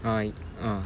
I ah